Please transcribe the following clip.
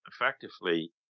effectively